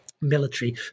military